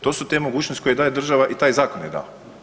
To su te mogućnosti koje daje država i taj zakon je dao.